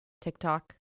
TikTok